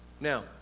Now